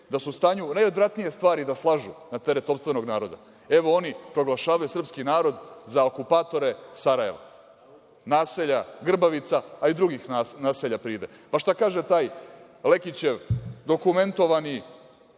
da su u stanju najodvratnije stvari da slažu na teret sopstvenog naroda. Oni proglašavaju srpski narod za okupatore Sarajeva, naselja Grbavica, a i drugih naselja pride. Šta kaže taj Lekićev dokumentovani